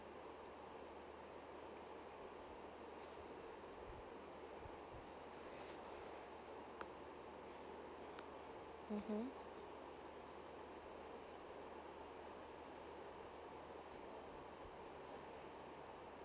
mmhmm